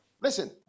Listen